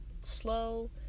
slow